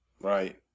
Right